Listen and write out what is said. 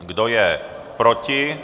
Kdo je proti?